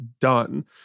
done